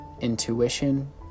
intuition